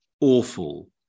awful